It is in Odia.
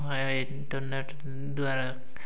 ଏ ଇଣ୍ଟର୍ନେଟ୍ ଦ୍ୱାରା